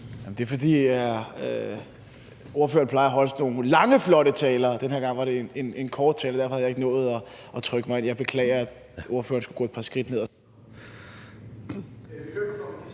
Det er, fordi ordføreren plejer at holde sådan nogle lange, flotte taler – og denne gang var det en kort tale, og derfor havde jeg ikke nået at trykke mig ind. Jeg beklager, at ordføreren skulle gå et par skridt ned